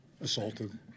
assaulted